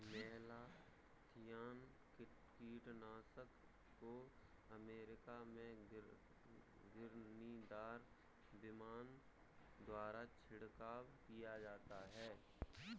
malathion कीटनाशक को America में घिरनीदार विमान द्वारा छिड़काव किया जाता है